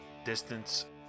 distance